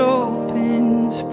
opens